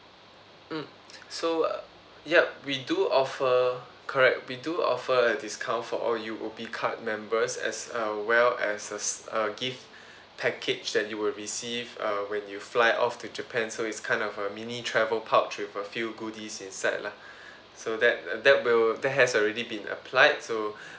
mm so uh yup we do offer correct we do offer a discount for all O_U_B card members as uh well as a s~ uh gift package that you'll receive uh when you fly off to japan so it's kind of a mini travel pouch with a few goodies inside lah so that uh that will that has already been applied so